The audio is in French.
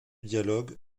dialogue